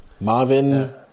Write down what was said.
Marvin